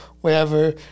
wherever